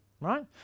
right